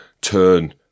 turn